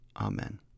Amen